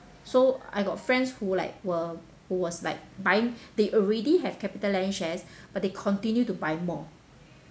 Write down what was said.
so I got friends who like were who was like buying they already have capitaland shares but they continue to buy more